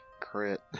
crit